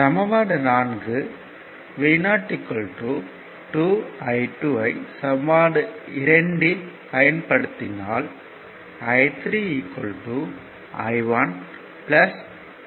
சமன்பாடு 4 Vo 2 I2 ஐ சமன்பாடு 2 இல் பயன்படுத்தினால் I3 I1 0